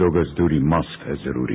दो गज दूरी मास्क है जरूरी